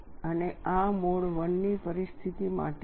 અને આ mode I ની પરિસ્થિતિ માટે છે